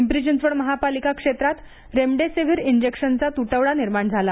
पिंपरी चिंचवड महापालिका क्षेत्रात रेमडेसीव्हीर इंजेक्शनचा तुटवडा निर्माण झाला